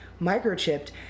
microchipped